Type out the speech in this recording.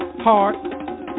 heart